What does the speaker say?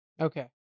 okay